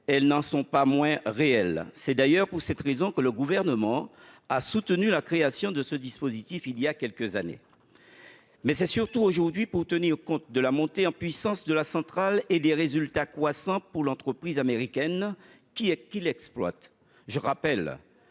n'en sont pas moins réelles. C'est d'ailleurs pour cette raison que le Gouvernement a soutenu la création du dispositif voilà quelques années. Surtout, il s'agit de tenir compte de la montée en puissance de la centrale et des résultats croissants de l'entreprise américaine qui l'exploite. Compte